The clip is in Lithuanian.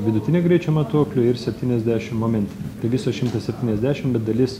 vidutinio greičio matuoklių ir septyniasdešim momentinių tai viso šimtas septyniasdešim bet dalis